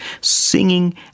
singing